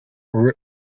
original